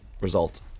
result